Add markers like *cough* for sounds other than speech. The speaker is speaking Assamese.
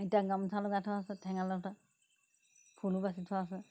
এতিয়া গামোচা লগাই থোৱা আছে ঠেঙাল *unintelligible* ফুলো বাছি থোৱা আছে